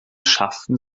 schafften